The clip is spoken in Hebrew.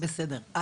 בסדר.